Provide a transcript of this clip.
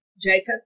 Jacob